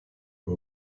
but